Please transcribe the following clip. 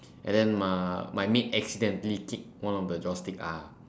and then m~ my maid accidentally kick one of the joss stick ah